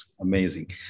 Amazing